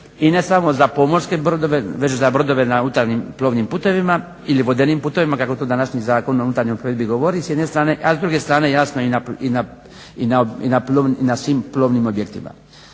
I ne samo za pomorske brodove već za brodove na unutarnjim plovnim putovima ili vodenim putovima kako to današnji Zakon o unutarnjoj plovidbi govori s jedne strane a s druge strane jasno i na svim plovnim objektima.